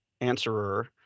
answerer